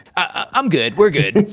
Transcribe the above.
i'm good. we're good.